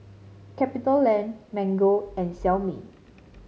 Capitaland Mango and Xiaomi